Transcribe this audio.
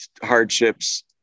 hardships